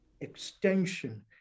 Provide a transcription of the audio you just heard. extension